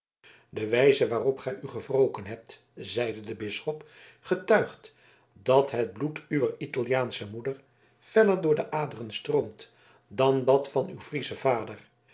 de wijze waarop gij u gewroken hebt zeide de bisschop getuigt dat het bloed uwer italiaansche moeder feller door uw aderen stroomt dan dat van uw frieschen vader